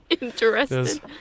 interested